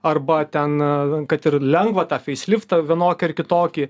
arba ten kad ir lengvą tą feis liftą vienokį ar kitokį